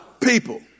people